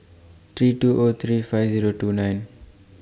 three two O three five Zero two nine